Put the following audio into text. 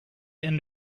end